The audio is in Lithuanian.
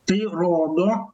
tai rodo